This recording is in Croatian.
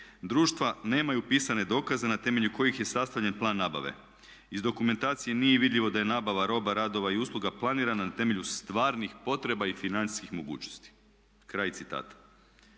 "Društva nemaju pisane dokaze na temelju kojih je sastavljen plan nabave. Iz dokumentacije nije vidljivo da je nabava roba, radova i usluga planirana na temelju stvarnih potreba i financijskih mogućnosti", kraj citata.